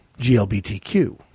GLBTQ